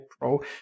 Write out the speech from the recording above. pro